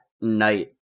night